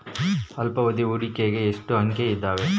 ಅಲ್ಪಾವಧಿ ಹೂಡಿಕೆಗೆ ಎಷ್ಟು ಆಯ್ಕೆ ಇದಾವೇ?